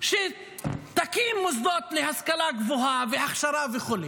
שתקים מוסדות להשכלה גבוהה והכשרה וכו',